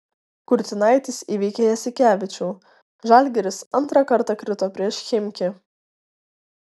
kurtinaitis įveikė jasikevičių žalgiris antrą kartą krito prieš chimki